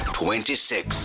twenty-six